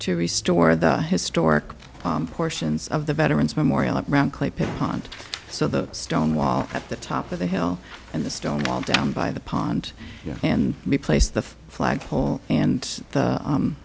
to restore the historic portions of the veterans memorial at ground clay put on so the stone wall at the top of the hill and the stone wall down by the pond and replace the flagpole and the